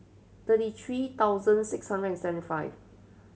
thirty three thousand six hundred and seventy five